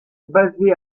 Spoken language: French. basé